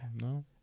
no